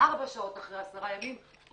ארבע שעות אחרי עשרה ימים,